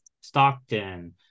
Stockton